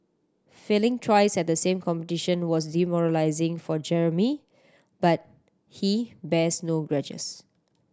failing twice at the same competition was demoralising for Jeremy but he bears no grudges